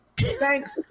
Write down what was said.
Thanks